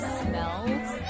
smells